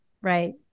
right